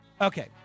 Okay